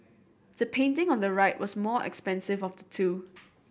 the painting on the right was more expensive of the two